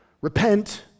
Repent